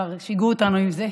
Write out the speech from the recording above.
כבר שיגעו אותנו עם זה.